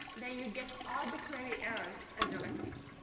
then you get the arbitrary errors at the receiver.